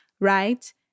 right